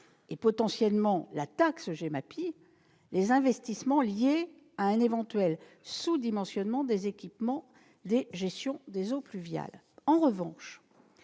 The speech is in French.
et potentiellement à la taxe GEMAPI, les investissements liés à un éventuel sous-dimensionnement des équipements de gestion des eaux pluviales. En revanche,